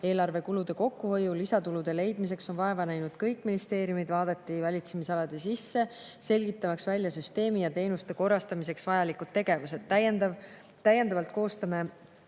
Eelarve kulude kokkuhoiu ja lisatulude leidmiseks on vaeva näinud kõik ministeeriumid, vaadati valitsemisalade sisse, selgitamaks välja süsteemi ja teenuste korrastamiseks vajalikud tegevused. Täiendavalt koostame